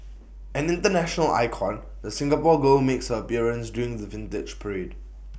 an International icon the Singapore girl makes her appearance during the Vintage Parade